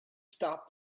stop